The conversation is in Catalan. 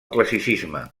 classicisme